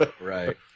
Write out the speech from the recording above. Right